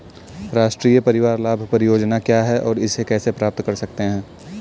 राष्ट्रीय परिवार लाभ परियोजना क्या है और इसे कैसे प्राप्त करते हैं?